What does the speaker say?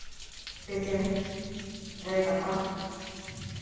station ᱨᱮ ᱜᱟᱯᱟ